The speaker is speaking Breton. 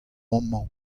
amañ